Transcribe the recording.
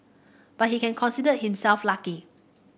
but he can consider himself lucky